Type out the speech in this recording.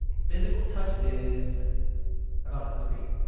physical touch is about a three